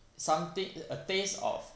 somethin~ a taste of